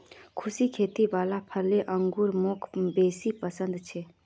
सुखी खेती वाला फलों अंगूर मौक बेसी पसन्द छे